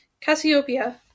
Cassiopeia